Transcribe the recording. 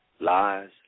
lies